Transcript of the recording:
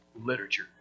literature